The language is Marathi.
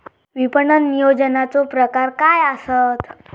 विपणन नियोजनाचे प्रकार काय आसत?